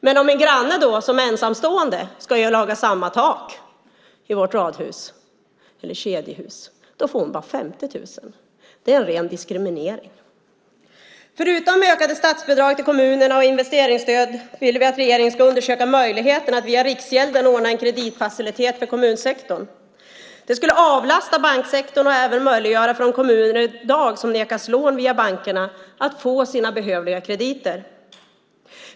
Men om en granne som är ensamstående ska laga sitt tak då får hon bara 50 000 kronor i rabatt. Det är en ren diskriminering. Förutom ökade statsbidrag till kommunerna och investeringsstöd vill vi att regeringen ska undersöka möjligheterna att via Riksgälden ordna en kreditfacilitet för kommunsektorn. Det skulle avlasta banksektorn och även möjliggöra för de kommuner som i dag nekas lån via bankerna att få sina behövliga krediter.